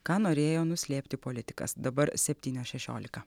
ką norėjo nuslėpti politikas dabar septynios šešiolika